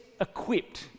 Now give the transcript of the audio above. equipped